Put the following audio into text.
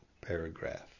paragraph